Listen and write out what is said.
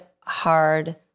hard